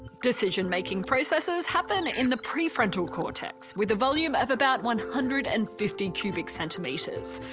decision making processes happen in the prefrontal cortex, with a volume of about one hundred and fifty cubic centimetres.